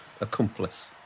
Accomplice